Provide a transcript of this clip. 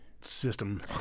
system